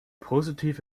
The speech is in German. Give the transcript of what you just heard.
positiv